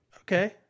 Okay